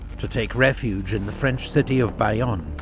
to take refuge in the french city of bayonne,